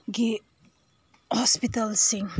ꯒꯤ ꯍꯣꯁꯄꯤꯇꯥꯜꯁꯤꯡ